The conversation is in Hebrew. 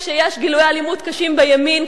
כשיש גילויי אלימות קשים בימין,